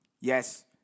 Yes